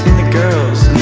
girls